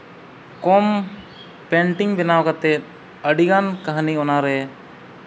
ᱠᱚᱢ painting ᱵᱮᱱᱟᱣ ᱠᱟᱛᱮᱫ ᱟᱹᱰᱤᱜᱟᱱ ᱠᱟᱹᱦᱱᱤ ᱚᱱᱟᱨᱮ